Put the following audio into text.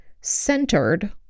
centered